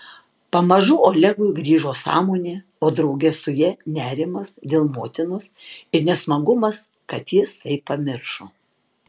pamažu olegui grįžo sąmonė o drauge su ja nerimas dėl motinos ir nesmagumas kad jis tai pamiršo